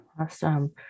awesome